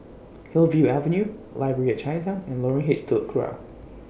Hillview Avenue Library At Chinatown and Lorong H Telok Kurau